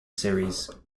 series